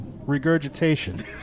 regurgitation